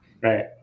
right